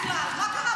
מה קרה?